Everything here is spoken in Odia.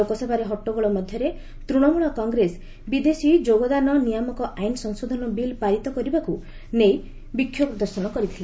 ଲୋକସଭାରେ ହଟ୍ଟଗୋଳ ମଧ୍ୟରେ ତୂଣମୂଳ କଟ୍ରେସ ବିଦେଶୀ ଯୋଗଦାନ ନିୟାମକ ଆଇନ ସଂଶୋଧନ ବିଲ୍ ପାରିତ କରିବାକୁ ନେଇ ବିକ୍ଷୋଭ ପ୍ରଦର୍ଶନ କରିଥିଲା